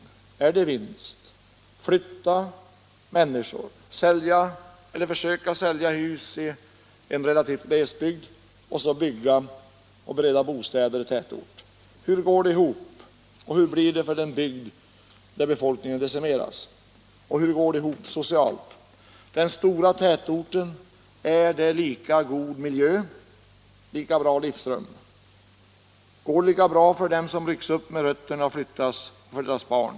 Innebär det en vinst att flytta människor, som måste försöka sälja sina hus i en relativt glest befolkad bygd, och att bygga nya bostäder i tätorten? Hur går det ihop, och hur blir det för den bygd där befolkningen decimeras? Och hur går det ihop socialt? Ger den stora tätorten en lika 43 god miljö och ett lika bra livsrum? Går det lika bra för dem som rycks upp med rötterna och flyttas? Hur går det för deras barn?